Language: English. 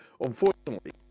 unfortunately